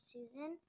Susan